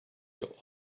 your